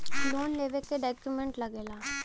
Loan लेवे के का डॉक्यूमेंट लागेला?